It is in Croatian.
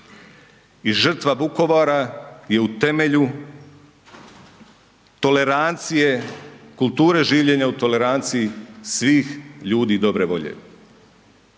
I žrtva Vukovara je u temelju tolerancije kulture življenja u toleranciji svih ljudi dobre volje.